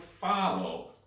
follow